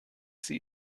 sie